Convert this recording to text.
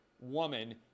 woman